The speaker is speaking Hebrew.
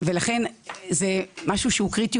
לכן זה משהו שהוא קריטי,